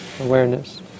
awareness